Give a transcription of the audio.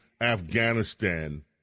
Afghanistan